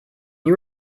you